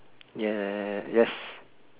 ya yes